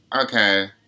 Okay